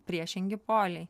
priešingi poliai